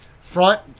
front